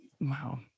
Wow